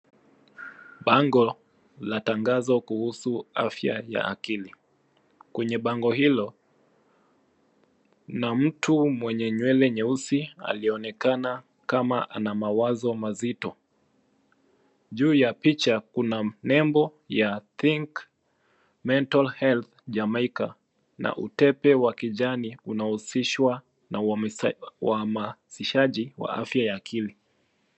Bango la tangazo kuhusu afya ya akili. Kwenye bango hilo kuna mtu mwenye nywele nyeusi alionekana kama ana mawazo mazito. Juu ya picha kuna nembo ya think mental health jamaica na utepe wa kijani unaohusishwa na uhamasishaji wa afya ya akili.